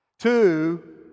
Two